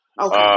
Okay